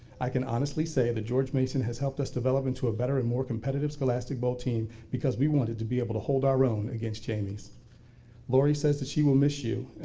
i can honestly say that george mason has helped us develop into a better and more competitive scholastic bowl, team because we wanted to be able to hold our own against jamie's laurie says that she will miss you.